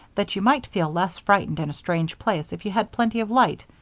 that you might feel less frightened in a strange place if you had plenty of light,